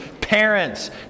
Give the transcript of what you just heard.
parents